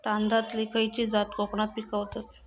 तांदलतली खयची जात कोकणात पिकवतत?